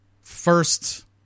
first